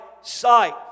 sight